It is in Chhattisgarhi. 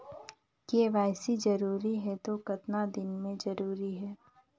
के.वाई.सी जरूरी हे तो कतना दिन मे जरूरी है?